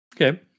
Okay